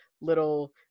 little